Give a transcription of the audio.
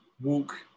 Walk